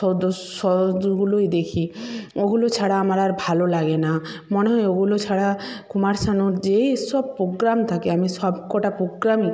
শুদু সহজগুলো দেখি ওগুলো ছাড়া আমার আর ভালো লাগে না মনে হয় ওগুলো ছাড়া কুমার শানুর যেসব পোগ্রাম থাকে আমি সব কটা পোগ্রামই